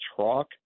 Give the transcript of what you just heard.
truck